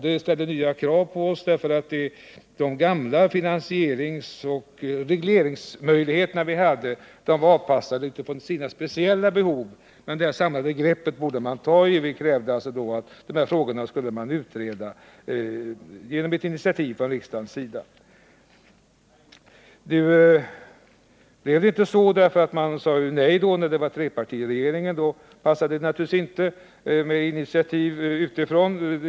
Det ställde nya krav på oss därför att de gamla finansieringsoch regleringsmöjligheter som vi hade var anpassade för speciella behov. Men det samlade greppet borde man ta, och vi krävde då att dessa frågor skulle utredas genom ett initiativ från riksdagens sida. Nu blev det inte så, därför att man sade nej under trepartiregeringens tid. Då passade det naturligtvis inte med initiativ utifrån.